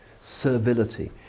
servility